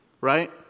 right